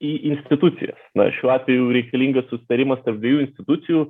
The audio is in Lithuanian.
į instituciją na šiuo atveju reikalingas susitarimas tarp dviejų institucijų